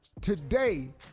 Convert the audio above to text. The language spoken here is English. Today